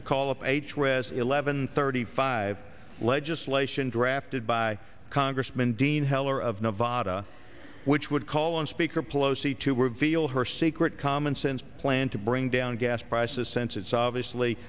to call up h read eleven thirty five legislation drafted by congressman dean heller of nevada which would call on speaker pelosi to reveal her secret commonsense plan to bring down gas prices since it's obviously